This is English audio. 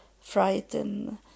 frightened